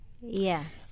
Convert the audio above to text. yes